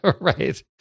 Right